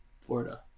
Florida